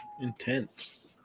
intense